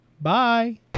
Bye